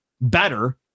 better